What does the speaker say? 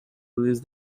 lose